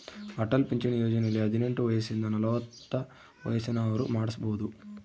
ಅಟಲ್ ಪಿಂಚಣಿ ಯೋಜನೆಯಲ್ಲಿ ಹದಿನೆಂಟು ವಯಸಿಂದ ನಲವತ್ತ ವಯಸ್ಸಿನ ಅವ್ರು ಮಾಡ್ಸಬೊದು